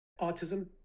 autism